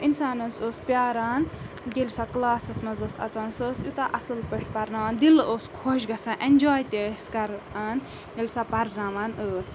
اِنسانَس اوس پیاران ییٚلہِ سۄ کٕلاسَس مَنٛز ٲس اَژان سۄ ٲسۍ یوٗتاہ اَصٕل پٲٹھۍ پَرناوان دِل اوس خۄش گژھان اٮ۪نجاے تہِ ٲسۍ کَران ییٚلہِ سۄ پَرناوان ٲس